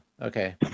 okay